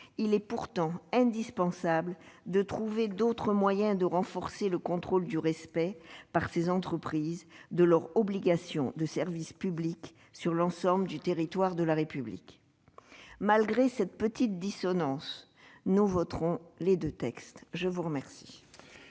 il demeure indispensable de trouver d'autres moyens de renforcer le contrôle du respect par cette entreprise de son obligation de service public sur l'ensemble du territoire de la République. Malgré cette petite dissonance, nous voterons les deux textes. La parole